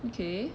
okay